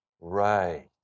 Right